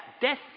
death